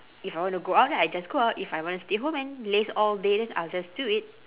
if I wanna go out then I just go out if I wanna stay home and laze all day then I'll just do it